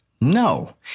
no